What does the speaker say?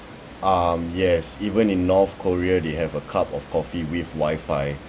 um yes even in north korea they have a cup of coffee with WiFi